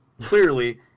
Clearly